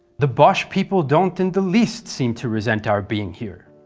the boche people don't in the least seem to resent our being here.